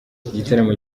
igitaramo